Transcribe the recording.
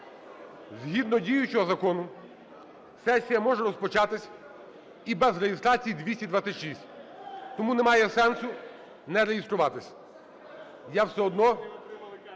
згідно діючого закону, сесія може розпочатися і без реєстрації 226, тому немає сенсу не реєструватися.